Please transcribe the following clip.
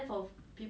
yup